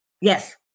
Yes